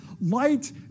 Light